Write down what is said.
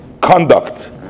conduct